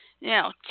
Now